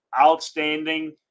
outstanding